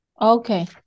Okay